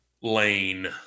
lane